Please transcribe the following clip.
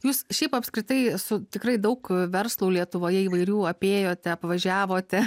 jūs šiaip apskritai su tikrai daug verslų lietuvoje įvairių apėjote apvažiavote